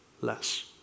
less